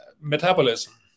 metabolism